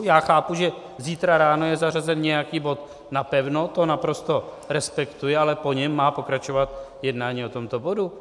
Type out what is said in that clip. Já chápu, že zítra ráno je zařazen nějaký bod napevno, to naprosto respektuji, ale po něm má pokračovat jednání o tomto bodu.